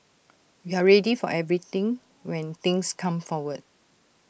we're ready for everything when things come forward